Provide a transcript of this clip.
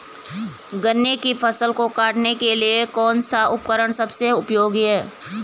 गन्ने की फसल को काटने के लिए कौन सा उपकरण सबसे उपयोगी है?